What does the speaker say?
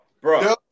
bro